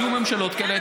היו ממשלות כאלה,